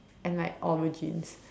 and like origins